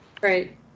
right